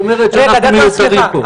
את אומרת שאנחנו מיותרים פה.